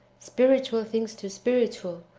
spiritual things to spiritual,